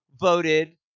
voted